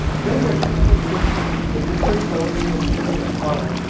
then the experimenter took the liquid surrounding the stimulated heart,